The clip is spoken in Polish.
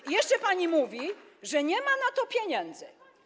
I jeszcze pani mówi, że nie ma na to pieniędzy.